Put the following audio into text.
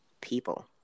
people